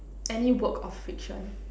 any work of fiction